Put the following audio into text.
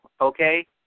okay